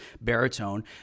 baritone